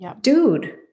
Dude